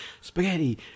Spaghetti